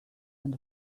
and